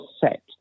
set